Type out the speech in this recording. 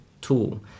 tool